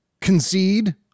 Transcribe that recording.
concede